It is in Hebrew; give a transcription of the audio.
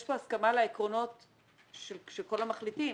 כאן הסכמה על העקרונות של כל המחליטים